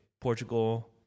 Portugal